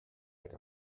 like